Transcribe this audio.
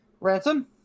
Ransom